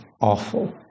awful